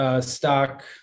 stock